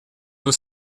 were